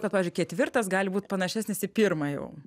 kad pavyzdžiui ketvirtas gali būt panašesnis į pirmą jau